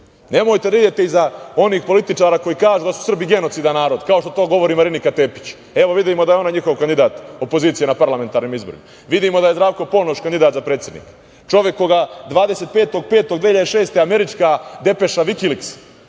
Nemojte da idete iza onih političara koji kažu da su Srbi genocidan narod, kao što to govori Marinika Tepić. Evo, vidimo da je ona njihov kandidat opozicije na parlamentarnim izborima. Vidimo da je Zdravko Ponoš kandidat za predsednika, čovek koga 25. maja. 2006. američka Depeša Vikiliks,